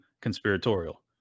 conspiratorial